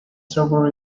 server